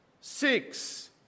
Six